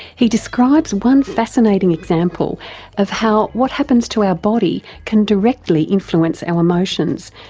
he describes one fascinating example of how what happens to our body can directly influence our emotions,